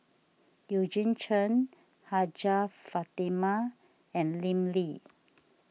Eugene Chen Hajjah Fatimah and Lim Lee